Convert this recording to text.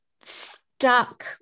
stuck